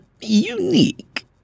unique